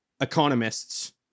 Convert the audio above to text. economists